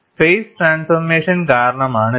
face transformation കാരണമാണ് ഇത്